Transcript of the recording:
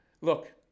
Look